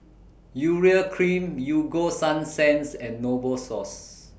Urea Cream Ego Sunsense and Novosource